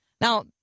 Now